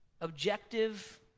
objective